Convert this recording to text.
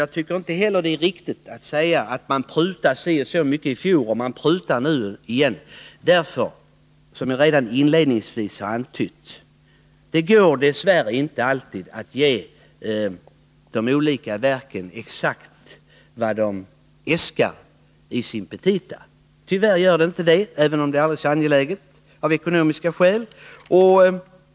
Jag tycker inte heller att det är riktigt att säga att man prutade så och så mycket i fjol och att man prutar i Nr 104 år igen. Av ekonomiska skäl går det dess värre inte alltid, som jag redan Torsdagen den inledningsvis antydde, att ge de olika verken exakt vad de äskat i sina petita, 26 mars 1981 även om kraven är aldrig så angelägna.